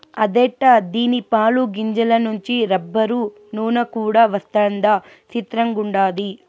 అదెట్టా దీని పాలు, గింజల నుంచి రబ్బరు, నూన కూడా వస్తదా సిత్రంగుండాది